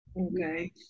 Okay